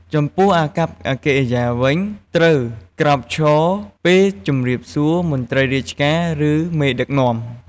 ចំពោះអាកប្បកិរិយាវិញ ត្រូវក្រោកឈរ ពេលជម្រាបសួរមន្រ្តីរាជការ ឫមេដឹកនាំ។